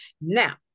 Now